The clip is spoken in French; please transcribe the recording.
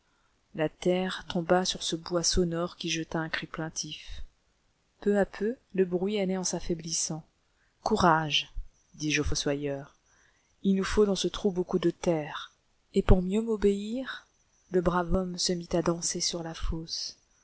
la terre tomba sur ce bois sonore qui jeta un cri plaintif peu à peu le bruit allait en s'affaiblissant courage dis-je au fossoyeur il nous faut dans ce trou beaucoup de terre et pour mieux m'obéir le brave homme se mit à danser sur la fosse